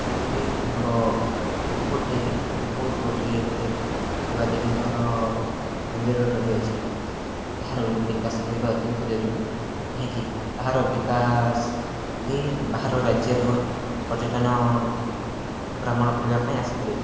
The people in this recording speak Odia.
ସେଠାରେ ଆମର ବହୁତ ଗୋଟିଏ ଦେବାଦେବୀଙ୍କର ମନ୍ଦିର ରହିଛି ଯାହାର ବିକାଶ କରିବା ଅତ୍ୟନ୍ତ ଜରୁରୀ କାହିଁକି ତାହାର ବିକାଶ ହେଲେ ବାହାର ରାଜ୍ୟରୁ ପର୍ଯ୍ୟଟନ ଭ୍ରମଣ କରିବା ପାଇଁ ଆସିପାରିବେ